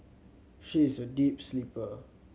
she is a deep sleeper